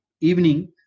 evening